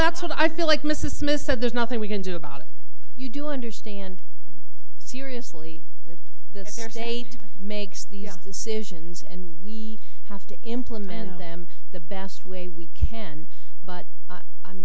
that's what i feel like mrs smith said there's nothing we can do about it you do understand seriously that this is a makes the decisions and we have to implement them the best way we can but i